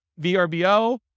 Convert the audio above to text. VRBO